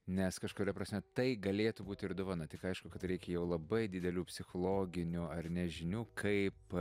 nes kažkuria prasme tai galėtų būt ir dovana tik aišku kad reikia jau labai didelių psichologinių ar ne žinių kaip